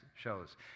shows